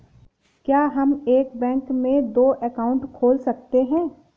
क्या हम एक बैंक में दो अकाउंट खोल सकते हैं?